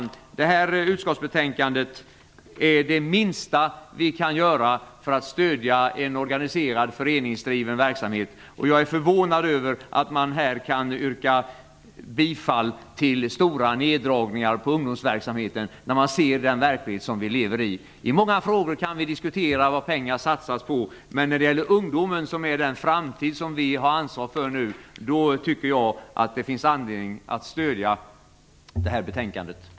Att ställa upp på förslagen i det här utskottsbetänkandet är det minsta vi kan göra för att stödja en föreningsdriven verksamhet. Jag är förvånad över att man här kan yrka bifall till stora neddragningar av ungdomsverksamheten, när man ser den verklighet vi lever i. I många frågor kan vi diskutera vad pengarna skall satsas på, men inte när det gäller ungdomen, som är den framtid som vi har ansvar för. Jag tycker därför att det finns anledning att stödja det här betänkandet.